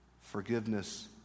Forgiveness